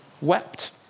wept